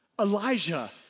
Elijah